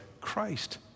Christ